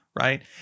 right